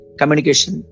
communication